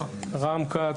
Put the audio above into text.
לא כל לול